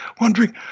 Wondering